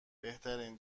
بهترین